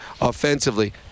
offensively